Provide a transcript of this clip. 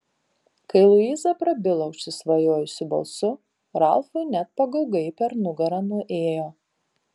kai luiza prabilo užsisvajojusiu balsu ralfui net pagaugai per nugarą nuėjo